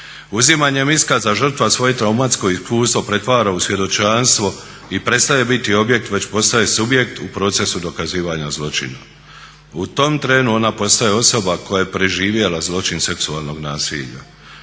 Uzimanjem iskaza žrtva svoje traumatsko iskustvo pretvara u svjedočanstvo i prestaje biti objekt već postaje subjekt u procesu dokazivanja zločina. U tom trenu ona postaje osoba koja je preživjela zločin seksualnog nasilja.